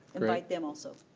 invite them also.